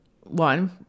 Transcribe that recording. one